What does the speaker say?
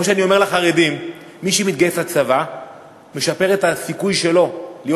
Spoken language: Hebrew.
כמו שאני אומר לחרדים: מי שמתגייס לצבא משפר את הסיכוי שלו להיות